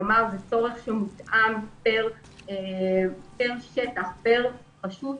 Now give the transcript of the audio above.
כלומר, זה צורם שמותאם פר שטח, פר רשות.